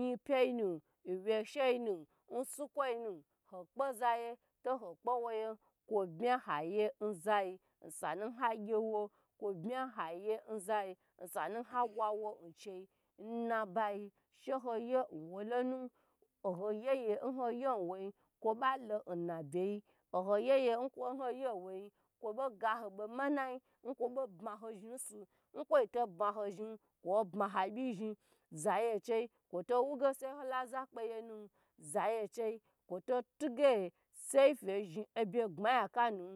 nyipyi nu, nwesheyin nsukwoyin okpe zaye toho kpe zayen kwo bmi haye zayi osanu ha gye wo, kwo bmi hayi a yi osanu ha bwa wo ncheyi nmbayi she hoye nwoyi lonu nho yeye nhoye nwoye kwo balo na bye yi oho ye ye ko ho ye nwoye kwobo ga ho bomanayi kwo bo bmaho zhi nsu nkwoi to bma ho zhi kwo bma ha byi zhi zayi chei kwo to wu ge sai holo za kpeyenu zaye chei kwo tuge sai fe zhi obye gbayi hakanu